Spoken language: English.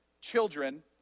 children